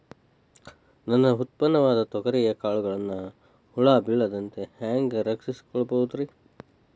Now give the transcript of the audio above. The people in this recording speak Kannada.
ನನ್ನ ಉತ್ಪನ್ನವಾದ ತೊಗರಿಯ ಕಾಳುಗಳನ್ನ ಹುಳ ಬೇಳದಂತೆ ಹ್ಯಾಂಗ ರಕ್ಷಿಸಿಕೊಳ್ಳಬಹುದರೇ?